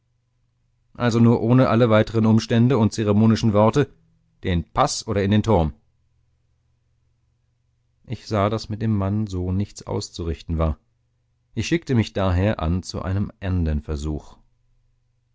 also nur ohne alle weitere umstände und zeremonische worte den paß oder in den turm ich sah daß mit dem mann so nichts auszurichten war ich schickte mich daher an zu einem ändern versuch